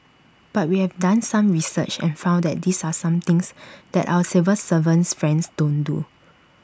but we have done some research and found that these are some things that our civil servant friends don't do